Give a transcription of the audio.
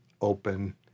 open